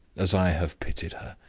as i have pitied her.